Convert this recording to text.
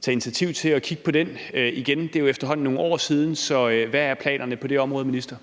tage initiativ til at kigge på den igen; det er jo efterhånden nogle år siden. Så hvad er planerne på det område, minister?